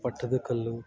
Pattadakal